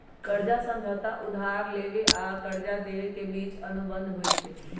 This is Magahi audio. कर्जा समझौता उधार लेबेय आऽ कर्जा देबे के बीच के अनुबंध होइ छइ